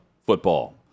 football